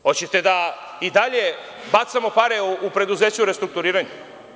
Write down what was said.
Hoćete li da i dalje bacamo pare u preduzeća u restrukturiranju?